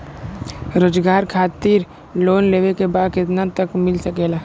रोजगार खातिर लोन लेवेके बा कितना तक मिल सकेला?